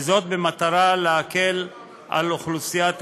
וזאת במטרה להקל על אוכלוסיית העולים.